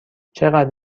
چقدر